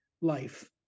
life